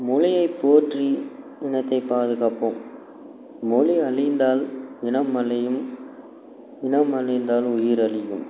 மொழியை போற்றி இனத்தை பாதுகாப்போம் மொழி அழிந்தால் இனம் அழியும் இனம் அழிந்தால் உயிர் அழியும்